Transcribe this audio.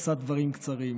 אשא דברים קצרים.